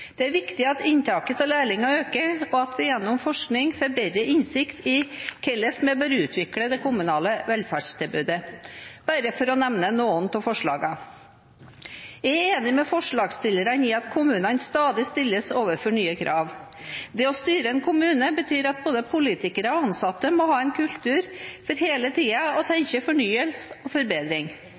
hvordan vi bør utvikle det kommunale velferdstilbudet – bare for å nevne noen av forslagene. Jeg er enig med forslagsstillerne i at kommunene stadig stilles overfor nye krav. Det å styre en kommune betyr at både politikere og ansatte må ha en kultur for hele tiden å tenke fornyelse og forbedring.